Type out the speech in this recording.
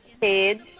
page